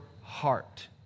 heart